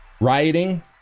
Rioting